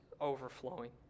overflowing